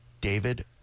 David